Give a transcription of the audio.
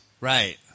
Right